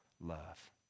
love